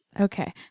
Okay